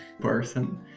person